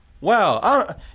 Wow